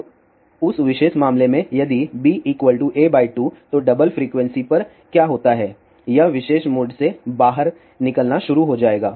अब उस विशेष मामले में यदि b a2 तो डबल फ्रीक्वेंसी पर क्या होता है यह विशेष मोड से बाहर निकलना शुरू हो जाएगा